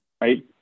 Right